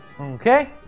Okay